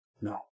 no